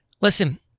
Listen